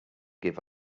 give